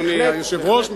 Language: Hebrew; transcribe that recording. אדוני היושב-ראש,